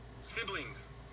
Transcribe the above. siblings